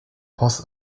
post